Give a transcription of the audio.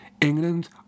England